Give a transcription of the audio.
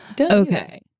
okay